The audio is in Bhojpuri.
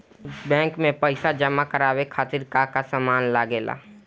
बैंक में पईसा जमा करवाये खातिर का का सामान लगेला?